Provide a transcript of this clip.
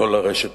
לא לרשת